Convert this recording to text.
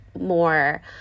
more